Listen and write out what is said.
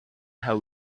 how